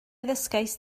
ddysgaist